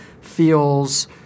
feels